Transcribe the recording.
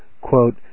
quote